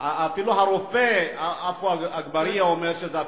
אפילו הרופא עפו אגבאריה אומר שזה,